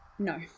No